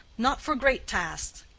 not for great tasks.